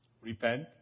Repent